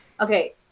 okay